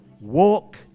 Walk